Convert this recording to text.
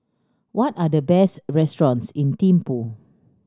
what are the best restaurants in Thimphu